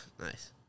nice